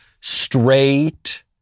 straight